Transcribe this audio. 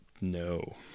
no